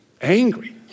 angry